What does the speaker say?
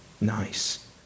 Nice